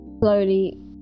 slowly